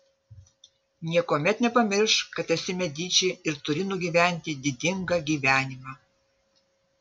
niekuomet nepamiršk kad esi mediči ir turi nugyventi didingą gyvenimą